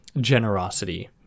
generosity